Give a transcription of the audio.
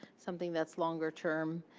something that's longer term.